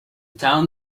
town